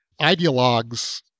Ideologues